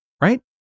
right